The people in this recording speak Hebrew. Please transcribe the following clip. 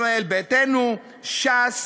ישראל ביתנו, ש"ס,